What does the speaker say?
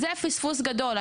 זה פספוס גדול.